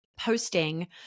posting